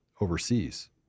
overseas